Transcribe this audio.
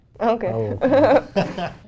okay